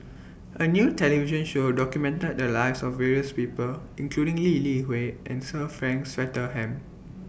A New television Show documented The Lives of various People including Lee Li Hui and Sir Frank Swettenham